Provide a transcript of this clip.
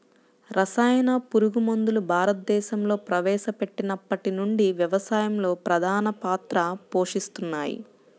రసాయన పురుగుమందులు భారతదేశంలో ప్రవేశపెట్టినప్పటి నుండి వ్యవసాయంలో ప్రధాన పాత్ర పోషిస్తున్నాయి